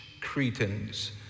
Cretans